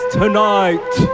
tonight